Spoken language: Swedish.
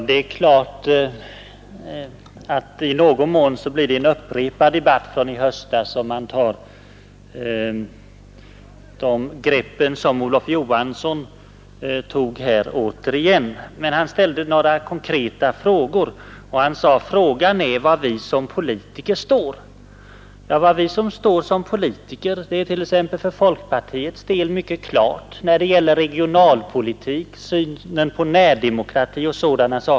Herr talman! I någon mån blir det en upprepad debatt från i höstas om man tar sådana grepp som herr Olof Johansson nu gjorde. Han ställde dock några konkreta frågor om var vi står som politiker. Detta är för folkpartiets del mycket klart när det gäller regionalpolitik, synen på närdemokrati och sådana ting.